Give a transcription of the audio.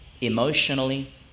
emotionally